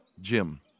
Jim